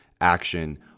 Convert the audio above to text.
action